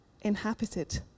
inhabited